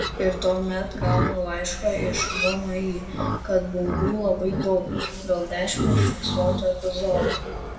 ir tuomet gaunu laišką iš vmi kad baudų labai daug gal dešimt užfiksuotų epizodų